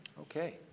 Okay